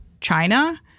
China